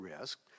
risk